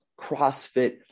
CrossFit